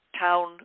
town